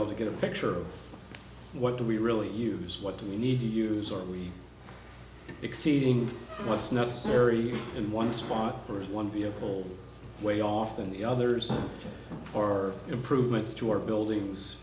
able to get a picture of what do we really use what do we need to use are we exceeding what's necessary in one spot or one vehicle way off in the others or improvements to our buildings